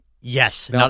Yes